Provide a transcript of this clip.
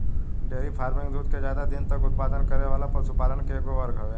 dairy farming दूध के ज्यादा दिन तक उत्पादन करे वाला पशुपालन के एगो वर्ग हवे